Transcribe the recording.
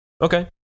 Okay